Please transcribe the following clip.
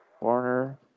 Warner